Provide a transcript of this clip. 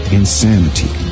insanity